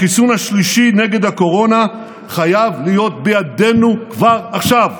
החיסון השלישי נגד הקורונה חייב להיות בידינו כבר עכשיו.